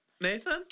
Nathan